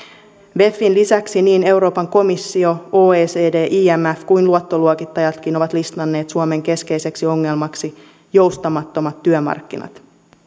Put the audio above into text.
wefin lisäksi niin euroopan komissio oecd imf kuin luottoluokittajatkin ovat listanneet suomen keskeiseksi ongelmaksi joustamattomat työmarkkinat